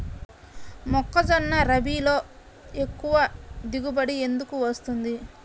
మొక్కజొన్న రబీలో ఎక్కువ దిగుబడి ఎందుకు వస్తుంది?